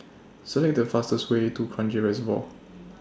Select The fastest Way to Kranji Reservoir